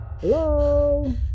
Hello